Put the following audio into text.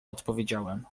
odpowiedziałem